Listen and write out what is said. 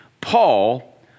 Paul